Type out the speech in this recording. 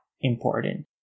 important